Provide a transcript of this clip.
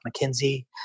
McKinsey